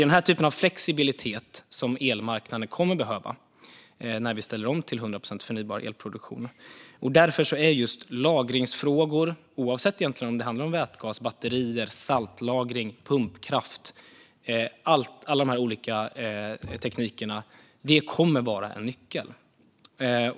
Det är sådan flexibilitet som elmarknaden kommer att behöva när vi ställer om till hundra procent förnybar elproduktion. Därför kommer lagringsfrågor, egentligen oavsett om det handlar om vätgas, batterier, saltlagring, pumpkraft eller andra tekniker, att vara en nyckel.